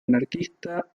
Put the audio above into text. anarquista